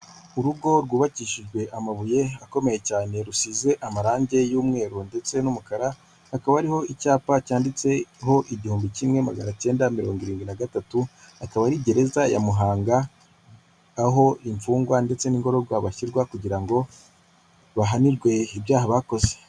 Urugo rwubakishijwe amabuye akomeye cyane rusize amarangi y'umweru ndetse n'umukara hakaba hariho icyapa cyanditseho igihumbi kimwe maganakenda mirongo irindwi nagatatu. Akaba ari gereza ya muhanga aho imfungwa ndetse n'ingororwa bashyirwa kugira ngo bahanirwe ibyaha bakoze.